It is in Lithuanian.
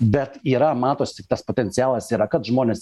bet yra matosi tik tas potencialas yra kad žmonės